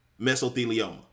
mesothelioma